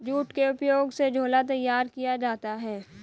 jute के उपयोग से झोला तैयार किया जाता है